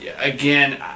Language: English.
Again